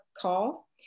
call